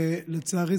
לצערי,